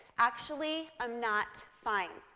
actually, i'm not fine.